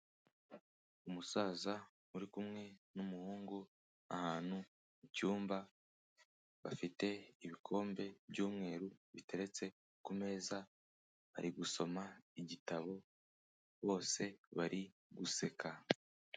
Umusaza uri kumwe n'umuhungu ahantu mu cyumba, bafite ibikombe by'umweru biteretse ku meza, bari gusoma igitabo, bose bari guseka.